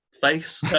face